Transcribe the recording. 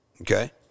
Okay